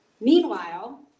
Meanwhile